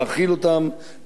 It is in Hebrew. נשקה אותם,